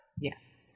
Yes